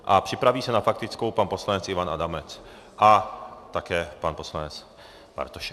A připraví se na faktickou pan poslanec Ivan Adamec a také pan poslanec Bartošek.